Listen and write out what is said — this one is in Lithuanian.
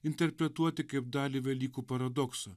interpretuoti kaip dalį velykų paradoksų